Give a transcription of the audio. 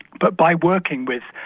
but by working with,